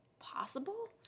Possible